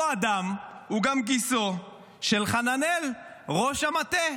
אותו אדם הוא גם גיסו של חנמאל, ראש המטה.